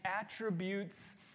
attributes